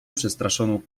przestraszoną